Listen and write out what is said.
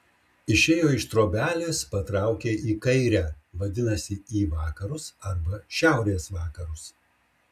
išėjo iš trobelės patraukė į kairę vadinasi į vakarus arba šiaurės vakarus